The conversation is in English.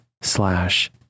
slash